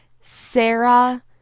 Sarah